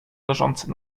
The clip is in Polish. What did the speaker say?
leżący